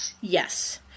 Yes